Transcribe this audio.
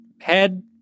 Head